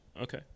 Okay